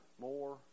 more